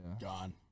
gone